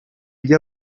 gli